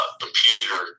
computer